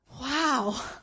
Wow